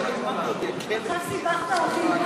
עכשיו סיבכת אותי.